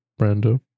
Brando